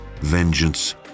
vengeance